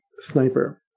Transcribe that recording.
sniper